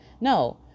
no